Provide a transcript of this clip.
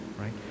right